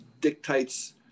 dictates